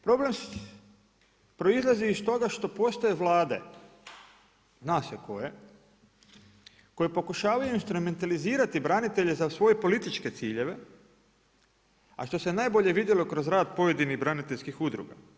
Problem proizlazi iz toga što postoje vlade, zna se koje, koje pokušavaju instrumentalizirati branitelje za svoje političke ciljeve, a što se najbolje vidjelo kroz rad pojedinih braniteljskih udruga.